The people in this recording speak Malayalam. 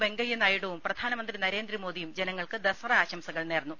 വെ ങ്കയ്യ നായിഡുവും പ്രധാനമന്ത്രി നരേന്ദ്രമോദിയും ജനങ്ങൾക്ക് ദസറ ആശംകൾ നേർന്നു